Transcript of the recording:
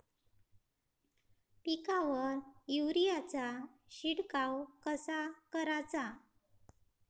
पिकावर युरीया चा शिडकाव कसा कराचा?